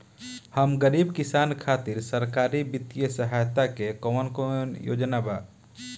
हम गरीब किसान खातिर सरकारी बितिय सहायता के कवन कवन योजना बा?